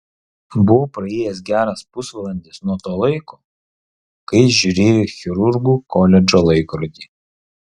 buvo praėjęs geras pusvalandis nuo to laiko kai jis žiūrėjo į chirurgų koledžo laikrodį